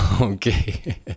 Okay